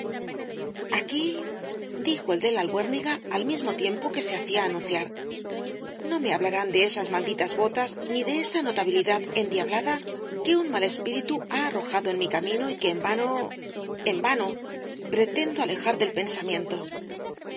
aquí dijo el de la albuérniga al mismo tiempo que se hacía anunciar no me hablarán de esas malditas botas ni de esa notabilidad endiablada que un mal espíritu ha arrojado en mi camino y que en vano en vano pretendo alejar del pensamiento